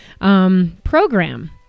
program